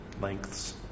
lengths